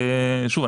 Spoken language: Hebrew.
שוב,